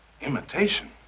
Imitation